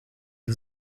den